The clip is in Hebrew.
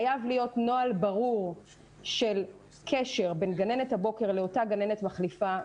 חייב להיות נוהל ברור של קשר בין גננת הבוקר לאותה גננת מחליפה,